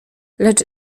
lecz